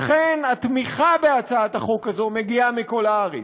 לכן התמיכה בהצעת החוק הזאת מגיעה מכל הארץ: